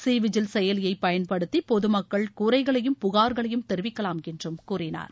C Vigil செயலியை பயன்படுத்தி பொதுமக்கள் குறைகளையும் புகார்களையும் தெரிவிக்கலாம் என்று கூறினார்